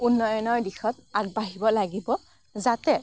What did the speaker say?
উন্নয়ণৰ দিশত আগবাঢ়িব লাগিব যাতে